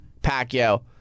Pacquiao